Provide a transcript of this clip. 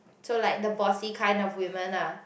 so like the bossy kind of women ah